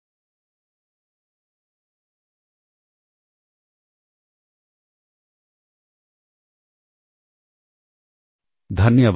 धन्यवाद